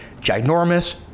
ginormous